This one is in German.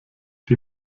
die